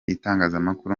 itangazamakuru